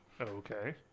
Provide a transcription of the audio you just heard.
Okay